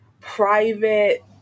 private